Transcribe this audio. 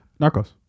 Narcos